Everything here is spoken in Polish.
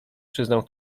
przyznał